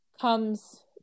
comes